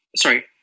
Sorry